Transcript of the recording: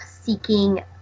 seeking